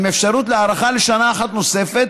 עם אפשרות להארכה לשנה אחת נוספת,